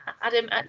Adam